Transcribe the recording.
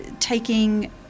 taking